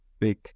big